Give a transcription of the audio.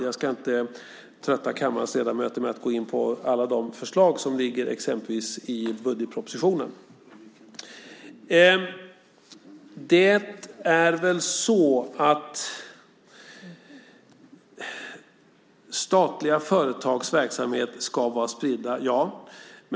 Jag ska inte trötta kammarens ledamöter med att gå in på alla de förslag som föreligger i exempelvis budgetpropositionen. Statliga företags verksamhet ska vara spridd - ja!